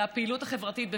לפעילות החברתית בוודאי,